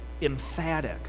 emphatic